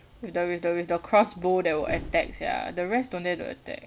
with the with the with the cross bow that will attack sia the rest don't dare to attack